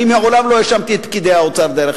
אני מעולם לא האשמתי את פקידי האוצר, דרך